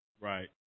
Right